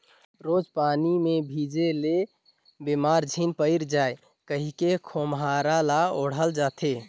रोज पानी मे भीजे ले बेमार झिन पइर जाए कहिके खोम्हरा ल ओढ़ल जाथे